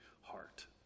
heart